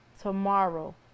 tomorrow